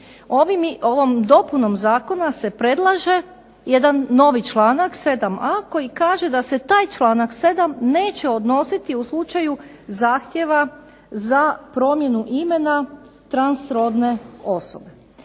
Ovom dopunom zakona se predlaže jedan novi članak 7a koji kaže da se taj članak 7. neće odnositi u slučaju zahtjeva za promjenu imena transrodne osobe.